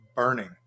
burning